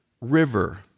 River